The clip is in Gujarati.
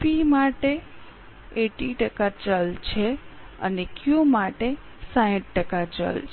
પી માટે શક્તિ 80 ટકા ચલ છે અને ક્યૂ માટે 60 ટકા ચલ છે